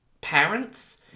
parents